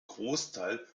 großteil